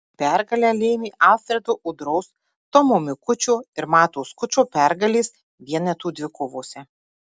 pergalę lėmė alfredo udros tomo mikučio ir mato skučo pergalės vienetų dvikovose